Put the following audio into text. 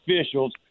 officials